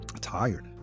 tired